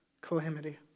calamity